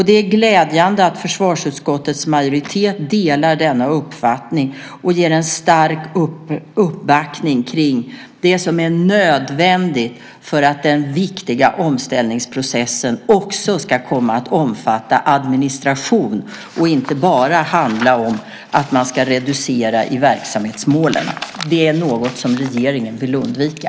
Det är glädjande att försvarsutskottets majoritet delar denna uppfattning och ger en stark uppbackning kring det som är nödvändigt för att den viktiga omställningsprocessen ska komma att omfatta också administration och inte bara handla om att reducera i verksamhetsmålen. Det är något som regeringen vill undvika.